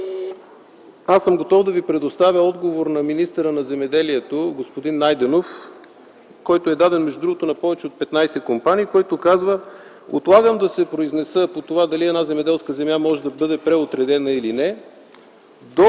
Аз съм готов да Ви предоставя отговор на министъра на земеделието господин Найденов, който между другото е даден на повече от 15 компании, който казва: „Отлагам да се произнеса по това дали една земеделска земя може да бъде преотредена, или не до